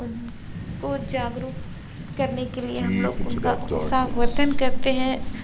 उनको जागरूक करने के लिए हम लोग उनका उत्साहवर्धन करते हैं